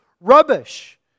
rubbish